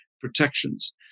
protections